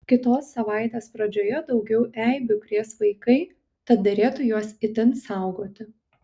kitos savaitės pradžioje daugiau eibių krės vaikai tad derėtų juos itin saugoti